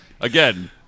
Again